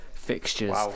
fixtures